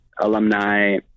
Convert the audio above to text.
alumni